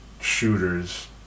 shooters